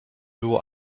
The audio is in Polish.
było